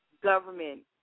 government